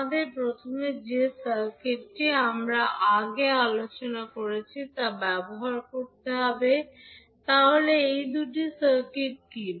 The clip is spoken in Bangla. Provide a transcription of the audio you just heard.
আমাদের প্রথমে যে সার্কিটটি আমরা আগে আলোচনা করেছি তা ব্যবহার করতে হবে তাহলে এই দুটি সার্কিট কী